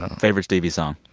favorite stevie song?